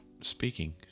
speaking